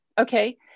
Okay